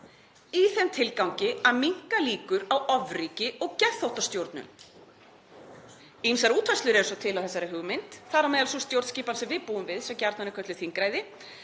í þeim tilgangi að minnka líkur á ofríki og geðþóttastjórnun. Ýmsar útfærslur eru svo til á þessari hugmynd, þar á meðal sú stjórnskipan sem við búum við, sem gjarnan er kölluð þingræði,